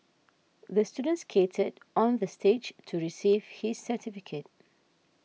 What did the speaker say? the student skated on the stage to receive his certificate